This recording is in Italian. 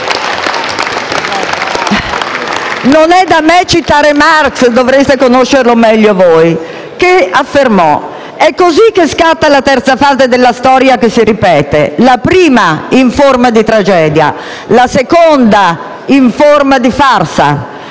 Non è da me citare Marx (dovreste conoscerlo meglio voi), che affermò: è così che scatta la terza fase della storia che si ripete, la prima in forma di tragedia, la seconda in forma di farsa,